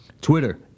Twitter